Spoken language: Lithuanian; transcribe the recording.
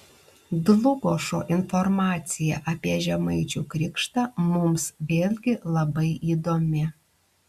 dlugošo informacija apie žemaičių krikštą mums vėlgi labai įdomi